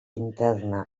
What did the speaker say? interna